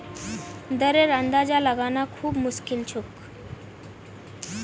दरेर अंदाजा लगाना खूब मुश्किल छोक